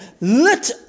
Let